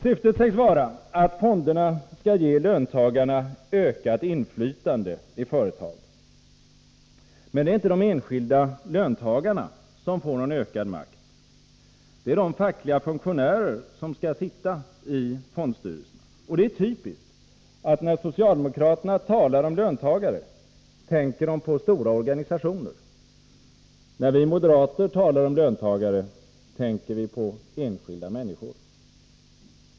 Syftet sägs vara att fonderna skall ge löntagarna ökat inflytande i företagen. Men det är inte de enskilda löntagarna som får någon ökad makt — det är de fackliga funktionärer som skall sitta i fondstyrelserna. Det är typiskt, att när socialdemokraterna talar om löntagare, tänker de på stora organisationer. När vi moderater talar om löntagare, tänker vi på enskilda människor.